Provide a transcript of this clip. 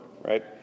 right